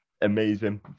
amazing